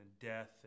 death